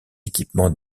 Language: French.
équipements